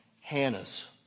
Hannah's